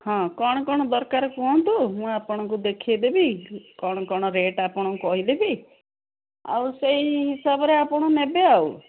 ହଁ କ'ଣ କ'ଣ ଦରକାର କୁହନ୍ତୁ ମୁଁ ଆପଣଙ୍କୁ ଦେଖାଇଦେବି କ'ଣ କ'ଣ ରେଟ୍ ଆପଣଙ୍କୁ କହିଦେବି ଆଉ ସେହି ହିସାବରେ ଆପଣ ନେବେ ଆଉ